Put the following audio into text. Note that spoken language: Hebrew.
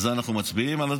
על הדברים האלה אנחנו מצביעים?